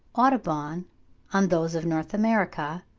audubon on those of north america,